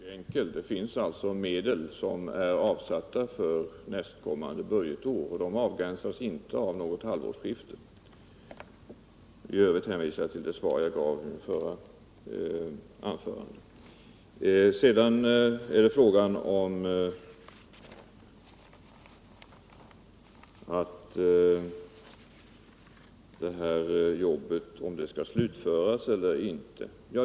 Herr talman! Den sista frågan är mycket enkel. Det finns medel som är avsatta för nästkommande budgetår, och dessa avgränsas inte av något halvårsskifte. I övrigt hänvisar jag till det svar jag gav i mitt förra anförande. Sedan gäller det frågan om jobbet skall slutföras eller inte.